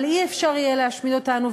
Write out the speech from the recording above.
אבל לא יהיה אפשר להשמיד אותנו.